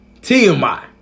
TMI